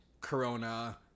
Corona